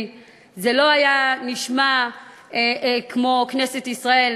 והכנסת אישרה,